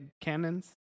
cannons